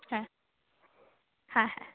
হ্যাঁ হ্যাঁ হ্যাঁ